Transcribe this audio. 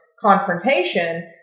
confrontation